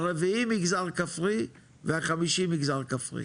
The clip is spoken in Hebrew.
הרביעי מגזר כפרי והחמישי מגזר כפרי.